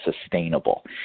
sustainable